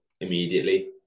immediately